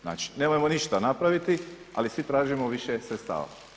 Znači nemojmo ništa napraviti ali svi tražimo više sredstava.